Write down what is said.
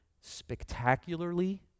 spectacularly